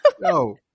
no